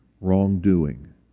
wrongdoing